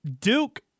Duke